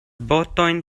botojn